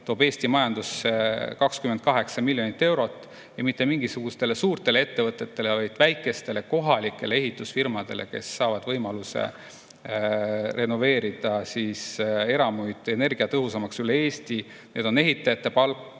toob Eesti majandusse 28 miljonit eurot ja seda mitte mingisugustele suurtele ettevõtetele, vaid väikestele, kohalikele ehitusfirmadele, kes saavad võimaluse renoveerida eramuid üle Eesti energiatõhusamaks. Sealt tulevad ehitajate palgad,